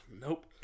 nope